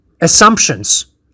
assumptions